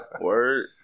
Word